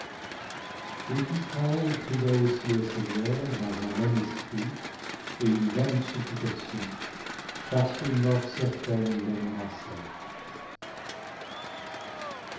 tout israël cria aussi au seigneur dans un même esprit et une même supplication parce qu'une mort certaine les menaçait